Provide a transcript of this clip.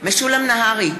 משולם נהרי,